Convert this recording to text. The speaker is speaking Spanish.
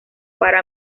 para